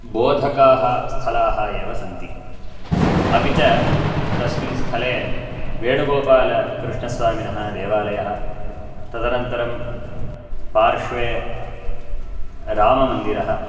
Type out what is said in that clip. बोधकाः स्थलाः एव सन्ति अपि च तस्मिन् स्थले वेणुगोपालकृष्णस्वामिनः देवालयः तदनन्तरं पार्श्वे राममन्दिरः